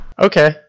Okay